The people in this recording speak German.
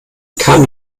kam